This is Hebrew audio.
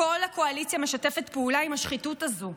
כל הקואליציה משתפת פעולה עם השחיתות הזו.